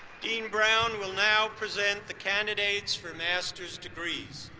dean brown will now present the candidates for master's degrees.